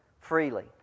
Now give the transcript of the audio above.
freely